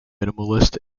minimalist